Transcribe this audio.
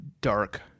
dark